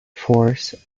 force